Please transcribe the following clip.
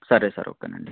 సరే sir okay అండి